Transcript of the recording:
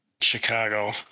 Chicago